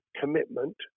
commitment